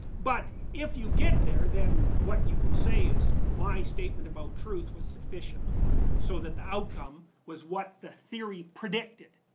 but if you get there then what you can say is my statement about truth was sufficient so that the outcome was what the theory predicted.